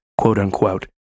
quote-unquote